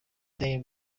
daily